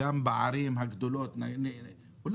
גם בערים הגדולות,